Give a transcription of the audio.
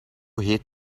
heet